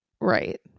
right